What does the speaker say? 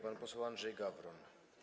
Pan poseł Andrzej Gawron.